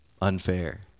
unfair